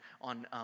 on